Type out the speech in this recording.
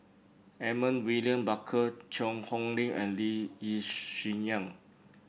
Edmund William Barker Cheang Hong Lim and Lee Yi Shyan